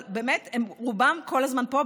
אבל רובם כל הזמן פה,